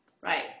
right